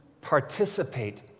participate